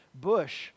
bush